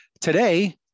Today